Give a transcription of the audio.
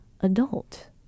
adult